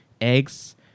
eggs